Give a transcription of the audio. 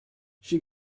she